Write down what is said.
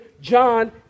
John